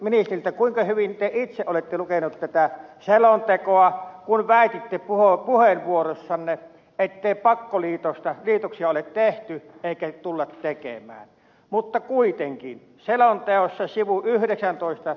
kysyisin ministeriltä kuinka hyvin te itse olette lukenut tätä selontekoa kun väititte puheenvuorossanne ettei pakkoliitoksia ole tehty eikä tulla tekemään mutta kuitenkin sanan käyttö sivu yhdeksäntoista